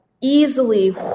easily